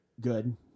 Good